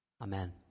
Amen